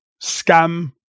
scam